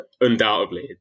undoubtedly